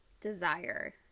desire